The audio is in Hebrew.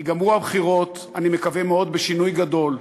ייגמרו הבחירות, אני מקווה מאוד, בשינוי גדול,